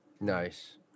Nice